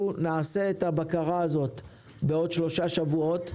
אנחנו נעשה את הבקרה הזאת בעוד שלושה שבועות.